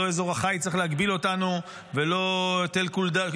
לא אזור החיץ צריך להגביל אותנו ולא טילים אחרים.